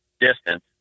distance